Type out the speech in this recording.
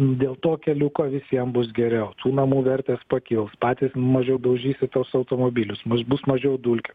dėl to keliuko visiem bus geriau tų namų vertės pakils patys mažiau daužyti tuos automobilius mus bus mažiau dulkių